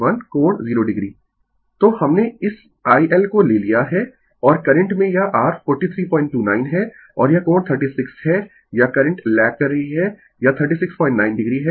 Refer Slide Time 2131 तो हमने इस IL को ले लिया है और करंट में यह r 4329 है और यह कोण 36 है या करंट लैग कर रही है यह 369 o है